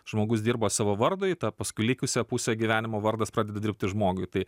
žmogus dirba savo vardui tą paskui likusią pusę gyvenimo vardas pradeda dirbti žmogui tai